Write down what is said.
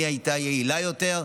מי הייתה יעילה יותר.